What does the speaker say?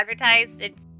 advertised